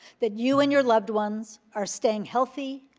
that you and your loved ones are staying healthy,